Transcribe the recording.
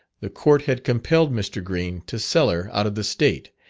the court had compelled mr. green to sell her out of the state,